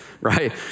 right